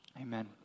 Amen